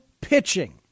pitching